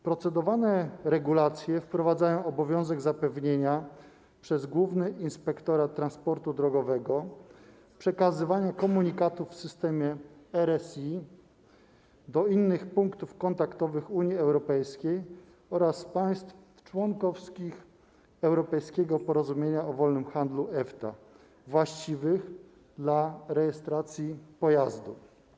Procedowane regulacje wprowadzają obowiązek zapewnienia przez Główny Inspektorat Transportu Drogowego przekazywania komunikatów w systemie RSI do innych punktów kontaktowych Unii Europejskiej oraz państw członkowskich Europejskiego Porozumienia o Wolnym Handlu (EFTA) właściwych dla rejestracji pojazdu.